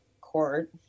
court